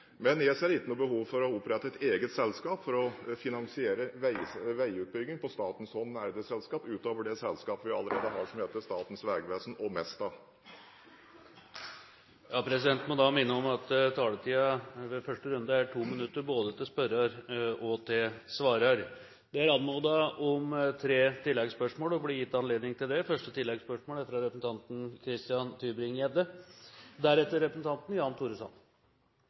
Jeg ser ikke noe behov for å opprette et eget selskap for å finansiere veiutbygging på statens hånd utover de selskaper vi allerede har, som heter Statens vegvesen og Mesta. Presidenten må minne om at taletiden under første runde er på 2 minutter, både for spørrer og for svarer. Det er anmodet om og blir gitt anledning til tre oppfølgingsspørsmål – først fra representanten Christian